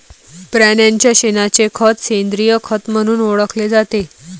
प्राण्यांच्या शेणाचे खत सेंद्रिय खत म्हणून ओळखले जाते